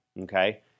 Okay